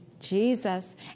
Jesus